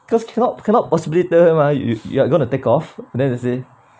because cannot cannot possibly tell mah you you you're gonna take off then they say